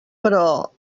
però